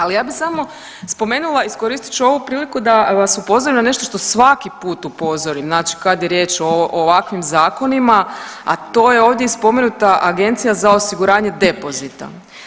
Ali ja bi samo spomenula iskoristit ću ovu priliku da vas upozorim na nešto što svaki put upozorim kad je riječ o ovakvim zakonima, a to je ovdje spomenuta i Agencija za osiguranje depozita.